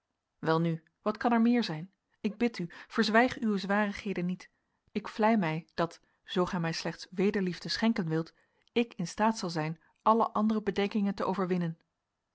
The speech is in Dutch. welnu wat kan er meer zijn ik bid u verzwijg uwe zwarigheden niet ik vlei mij dat zoo gij mij slechts wederliefde schenken wilt ik in staat zal zijn alle andere bedenkingen te overwinnen